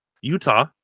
Utah